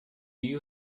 you